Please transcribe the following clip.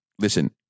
Listen